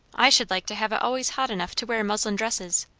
i should like to have it always hot enough to wear muslin dresses.